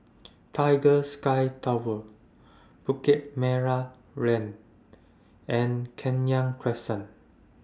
Tiger Sky Tower Bukit Merah Lane and Kenya Crescent